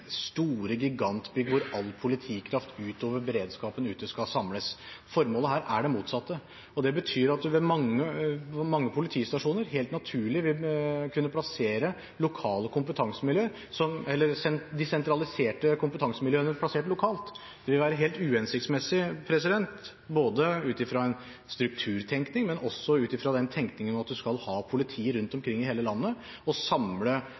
store gigantbygg, hvor all politikraft utover beredskapen ute skal samles. Formålet her er det motsatte. Det betyr at man ved mange politistasjoner helt naturlig vil kunne plassere de sentraliserte kompetansemiljøene lokalt. Det vil være helt uhensiktsmessig, både ut fra en strukturtenkning og ut fra den tenkningen at man skal ha politi rundt omkring i hele landet, å samle